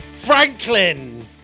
franklin